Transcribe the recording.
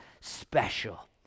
special